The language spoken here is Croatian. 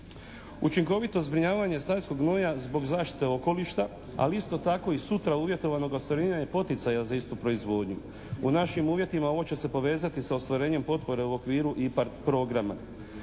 Učinkovito zbrinjavanje stajskog gnoja zbog zaštite okoliša ali isto tako sutra uvjetovanog …/Govornik se ne razumije./… poticaja za istu proizvodnju. U našim uvjetima ovo će se povezati sa ostvarenjem potpore u okviru IPAR programa